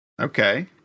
Okay